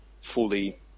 fully